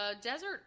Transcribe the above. desert